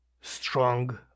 Strong